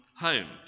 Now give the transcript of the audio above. home